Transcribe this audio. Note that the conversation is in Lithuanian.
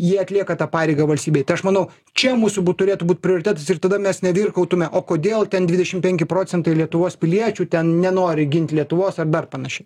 jie atlieka tą pareigą valstybei tai aš manau čia mūsų būt turėtų būt prioritetas ir tada mes nevirkautume o kodėl ten dvidešim penki procentai lietuvos piliečių ten nenori gint lietuvos ar dar panašiai